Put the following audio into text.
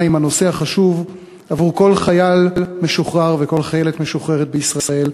הרווחה עם הנושא החשוב עבור כל חייל משוחרר וכל חיילת משוחררת בישראל,